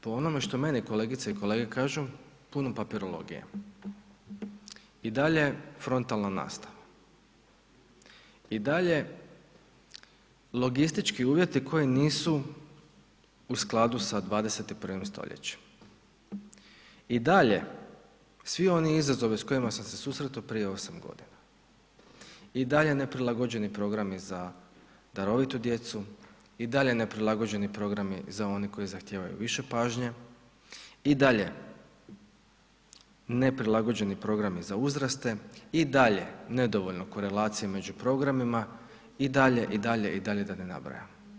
Po onome što meni kolegice i kolege kažu, puno papirologije i dalje frontalna nastava i dalje logistički uvjeti koji nisu u skladu sa 21. stoljećem i dalje svi oni izazovi s kojima sam se susretao prije 8.g. i dalje neprilagođeni programi za darovitu djecu i dalje neprilagođeni programi za one koji zahtijevaju više pažnje i dalje neprilagođeni programi za uzraste i dalje nedovoljno korelacija među programima i dalje i dalje i dalje da ne nabrajam.